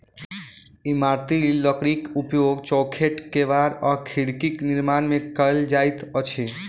इमारती लकड़ीक उपयोग चौखैट, केबाड़ आ खिड़कीक निर्माण मे कयल जाइत अछि